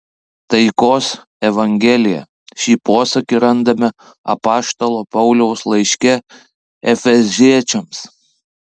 taikos evangelija šį posakį randame apaštalo pauliaus laiške efeziečiams